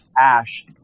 ash